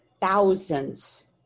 thousands